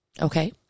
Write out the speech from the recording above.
Okay